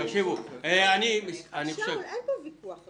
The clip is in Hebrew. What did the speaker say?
שאול, אין פה ויכוח.